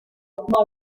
nueva